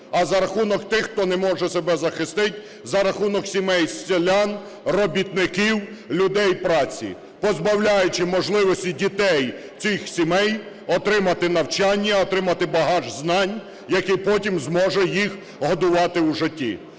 а за рахунок тих, хто не може себе захистить, за рахунок сімей з селян, робітників, людей праці, позбавляючи можливості дітей цих сімей отримати навчання, отримати багаж знань, який потім зможе їх годувати в житті.